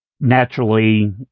naturally